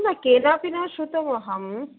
न न केनापि न शृतमहं